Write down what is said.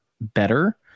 better